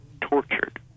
tortured